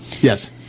Yes